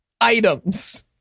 items